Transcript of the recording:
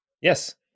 Yes